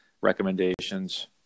recommendations